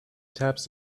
taps